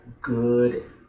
good